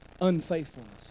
unfaithfulness